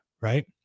right